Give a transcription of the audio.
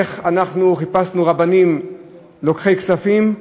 איך אנחנו חיפשנו רבנים לוקחי כספים,